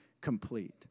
complete